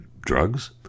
drugs